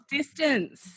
distance